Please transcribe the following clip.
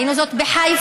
ראינו זאת בחיפה,